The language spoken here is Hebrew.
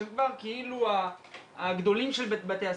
שהם כבר כאילו הגדולים של בתי הספר,